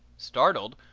startled,